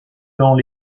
dans